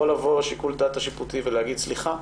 יכול לבוא שיקול דעת שיפוטי ולהגיד: סליחה,